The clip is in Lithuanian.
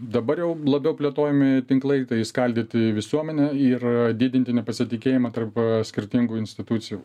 dabar jau labiau plėtojami tinklai tai skaldyti visuomenę ir didinti nepasitikėjimą tarp skirtingų institucijų